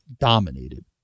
dominated